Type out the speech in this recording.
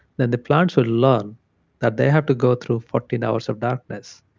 then the plants will learn that they have to go through fourteen hours of darkness.